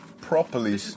properly